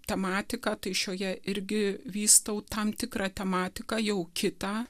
tematiką tai šioje irgi vystau tam tikrą tematiką jau kitą